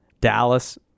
Dallas